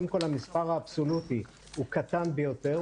קודם כל המספר האבסולוטי הוא קטן ביותר,